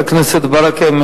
חבר הכנסת ברכה,